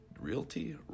realty